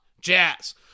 Jazz